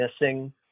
missing